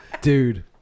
Dude